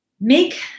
Make